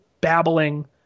babbling